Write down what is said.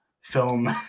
film